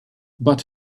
but